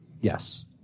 Yes